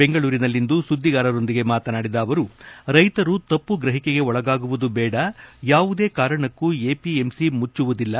ಬೆಂಗಳೂರಿನಲ್ಲಿಂದು ಸುದ್ಗಿಗಾರರೊಂದಿಗೆ ಮಾತನಾಡಿದ ಅವರು ರೈತರು ತಮ್ತ ಗ್ರಹಿಕೆಗೆ ಒಳಗಾಗುವುದು ಬೇಡ ಯಾವುದೇ ಕಾರಣಕ್ಕೂ ಎಪಿಎಂಸಿ ಮುಚ್ಚುವುದಿಲ್ಲ